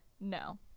no